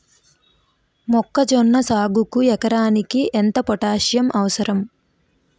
మొక్కజొన్న సాగుకు ఎకరానికి ఎంత పోటాస్సియం అవసరం?